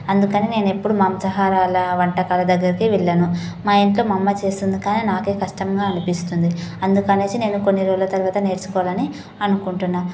అందుకని నేను ఎప్పుడు మాంసాహారాల వంటకాల దగ్గరికి వెళ్ళను మా ఇంట్లో మా అమ్మ చేస్తుంది కానీ నాకే కష్టంగా అనిపిస్తుంది అందుకనేసి నేను కొన్ని రోజుల తర్వాత నేర్చుకోవాలని అనుకుంటున్నాను